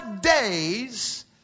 days